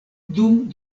dum